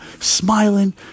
smiling